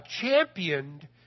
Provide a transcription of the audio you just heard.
championed